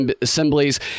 assemblies